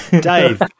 Dave